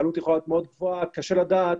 העלות יכולה להיות מאוד גבוהה וקשה לדעת